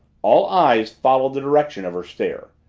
all eyes followed the direction of her stare.